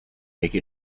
make